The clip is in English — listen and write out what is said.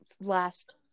last